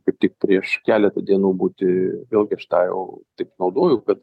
kaip tik prieš keletą dienų būti vėlgi aš tą jau taip naudoju kad